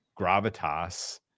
gravitas